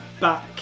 back